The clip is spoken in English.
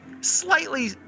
slightly